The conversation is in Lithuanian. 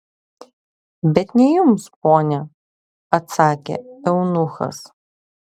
bet ne jums ponia atsakė eunuchas